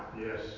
Yes